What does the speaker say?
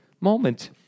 moment